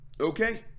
okay